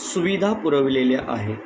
सुविधा पुरविलेल्या आहे